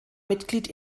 mitglied